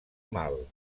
mal